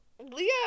leo